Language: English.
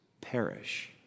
perish